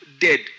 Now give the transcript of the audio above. dead